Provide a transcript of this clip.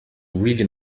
really